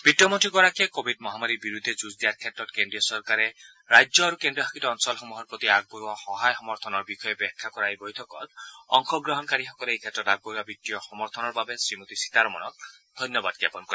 বিত্তমন্ত্ৰীগৰাকীয়ে Covid মহামাৰীৰ বিৰুদ্ধে যুঁজ দিয়াৰ ক্ষেত্ৰত কেন্দ্ৰীয় চৰকাৰে ৰাজ্য আৰু কেন্দ্ৰীয়শাসিত অঞ্চলসমূহৰ প্ৰতি আগবঢ়োৱা সহায় সমৰ্থনৰ বিষয়ে ব্যাখ্যা কৰা এই বৈঠকত অংশগ্ৰহণকাৰীসকলে এইক্ষেত্ৰত আগবঢ়োৱা বিত্তীয় সমৰ্থনৰ বাবে শ্ৰীমতী সীতাৰমনক ধন্যবাদ জ্ঞাপন কৰে